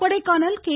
Kodaikanal K